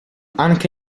anche